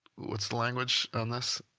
what's language on this?